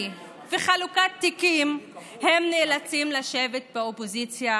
וחלוקת תיקים הם נאלצים לשבת באופוזיציה